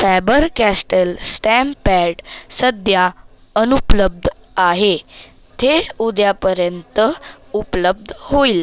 Faber Castell stamp pad सध्या अनुपलब्ध आहे ते उद्यापर्यंत उपलब्ध होईल